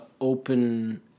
open